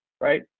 right